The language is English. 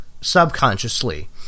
subconsciously